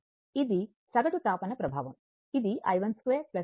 ఇది సగటు తాపన ప్రభావం ఇది i12 I22